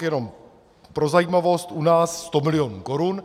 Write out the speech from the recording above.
Jenom pro zajímavost, u nás 100 milionů korun.